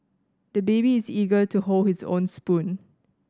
the baby is eager to hold his own spoon